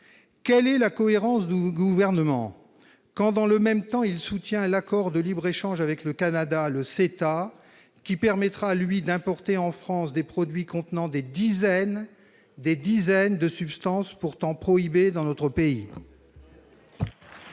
quelle est la cohérence du Gouvernement quand, dans le même temps, il soutient l'accord de libre-échange avec le Canada, le CETA, qui permettra d'importer en France des produits contenant des dizaines de substances pourtant prohibées dans notre pays ?